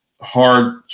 hard